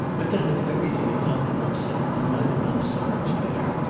but then if everything had not been upset, i might have done so much better.